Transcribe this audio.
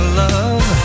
love